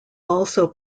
also